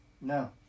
No